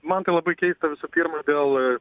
man tai labai keista visų pirma dėl